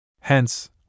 Hence